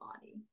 body